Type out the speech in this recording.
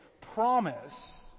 promise